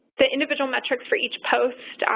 the individual metrics for each post,